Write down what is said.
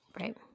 Right